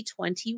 2021